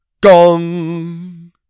Gong